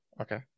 Okay